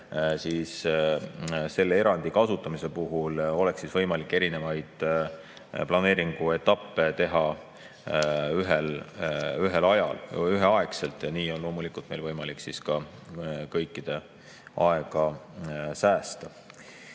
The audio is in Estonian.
siis selle erandi kasutamise puhul oleks võimalik erinevaid planeeringuetappe teha üheaegselt. Ja nii on loomulikult võimalik ka aega säästa.